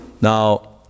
Now